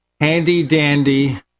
handy-dandy